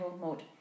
mode